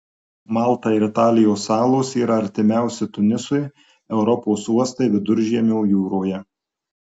malta ir italijos salos yra artimiausi tunisui europos uostai viduržemio jūroje